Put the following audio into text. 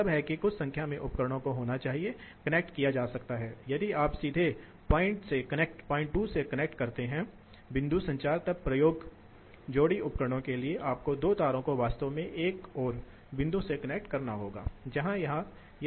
आपको एक निश्चित मात्रा बनाने की आवश्यकता है ठीक हैं मान लीजिए कि आप एक पाइप Pipeलेते हैं तो पाइप Pipe के माध्यम से एक निश्चित मात्रा में प्रवाह बनाने में सक्षम होने के लिए आपको दो छोरों पर एक निश्चित मात्रा में दबाव अंतर बनाने की आवश्यकता होती है